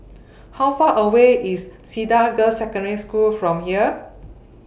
How Far away IS Cedar Girls' Secondary School from here